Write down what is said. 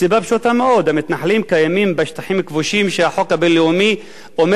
מסיבה פשוטה מאוד: המתנחלים קיימים בשטחים הכבושים שהחוק הבין-לאומי אומר